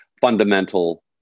fundamental